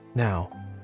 now